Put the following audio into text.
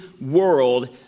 world